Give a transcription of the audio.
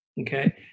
Okay